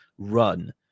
Run